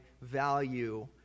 value